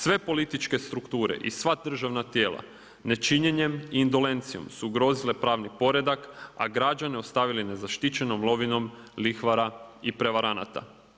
Sve političke strukture i sva državna tijela nečinjenjem i indolencijom su ugrozile pravni poredak a građane ostavili nezaštićenom lovinom lihvara i prevaranata.